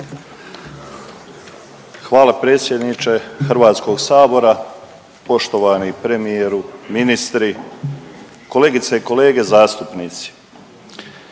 Hvala predsjedniče Hrvatskog sabora, poštovani premijeru, ministri, kolegice i kolege zastupnici.